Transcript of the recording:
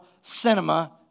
Cinema